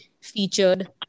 featured